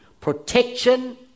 protection